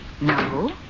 No